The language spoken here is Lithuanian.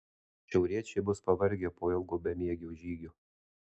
šiauriečiai bus pavargę po ilgo bemiegio žygio